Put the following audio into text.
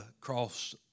cross